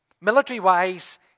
Military-wise